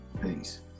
Peace